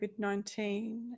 COVID-19